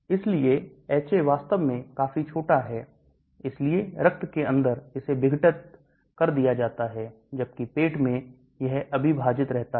इसलिए HA वास्तव में काफी छोटा है इसलिए रक्त के अंदर इसे विघटित कर दिया जाता है जबकि पेट में यह अविभाजित रहता है